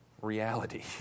reality